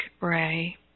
ray